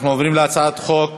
אנחנו עוברים להצבעה על הצעת חוק